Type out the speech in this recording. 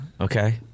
Okay